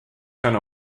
kann